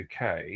UK